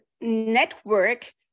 network